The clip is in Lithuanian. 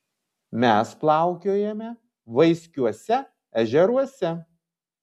mes plaukiojame vaiskiuose ežeruose